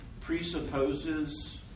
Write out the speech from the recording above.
presupposes